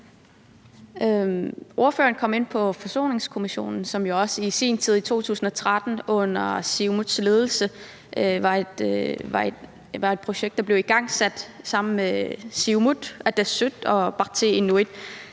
Ordføreren kom ind på Forsoningskommissionen, som jo også i sin tid, i 2013, under Siumuts ledelse, var et projekt, der blev igangsat sammen med Siumut, Atassut og Partii Inuit,